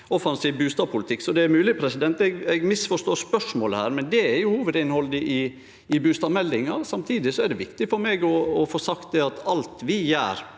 offensiv bustadpolitikk. Det er mogleg eg misforstår spørsmålet, men det er hovudinnhaldet i bustadmeldinga. Samtidig er det viktig for meg å få sagt at alt vi gjer